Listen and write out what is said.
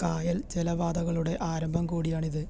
കായൽ ജലപാതകളുടെ ആരംഭം കൂടിയാണിത്